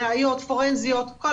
ראיות פורנזיות,